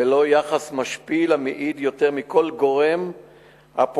ולא יחס משפיל, המעיד יותר מכול על הגורם הפוגע.